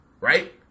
right